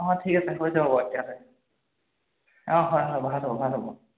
অঁ ঠিক আছে হৈ যাব বাৰু তেতিয়াহ'লে অঁ হয় হয় ভাল হ'ব ভাল হ'ব